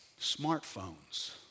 Smartphones